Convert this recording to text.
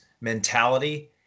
mentality